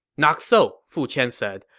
not so, fu qian said.